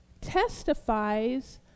testifies